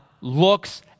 looks